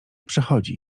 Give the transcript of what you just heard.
przechodzi